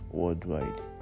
worldwide